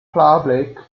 public